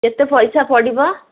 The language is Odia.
କେତେ ପଇସା ପଡ଼ିବ